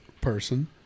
person